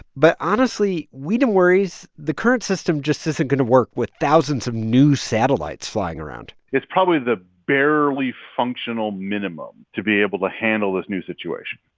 but honestly, weeden worries the current system just isn't going to work with thousands of new satellites flying around it's probably the barely functional minimum to be able to handle this new situation,